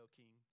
king